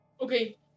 Okay